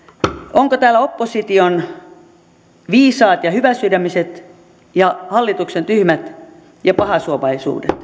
ovatko täällä opposition viisaat ja hyväsydämiset ja hallituksen tyhmät ja pahansuovat